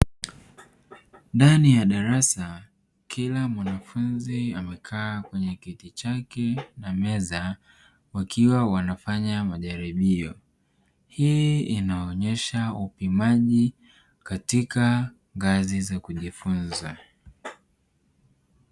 Ndani ya darasa kila mwanafunzi amekaa kwenye kiti chake na meza wakiwa wanafanya majaribio, hii inaonyesha upimaji katika ngazi za kujifunza.